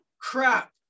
crap